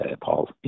Paul